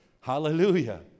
hallelujah